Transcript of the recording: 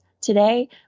today